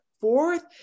fourth